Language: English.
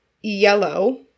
Yellow